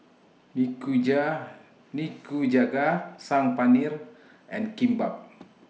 Nikuja Nikujaga Saag Paneer and Kimbap